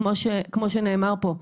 כמו שנאמר פה,